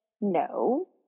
no